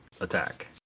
attack